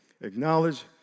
Acknowledge